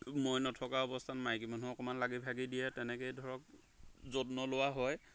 মই নথকা অৱস্থাত মাইকী মানুহ অকণমান লাগি ভাগি দিয়ে তেনেকেই ধৰক যত্ন লোৱা হয়